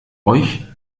euch